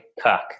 cook